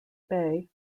bay